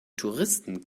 touristen